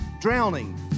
drowning